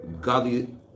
godly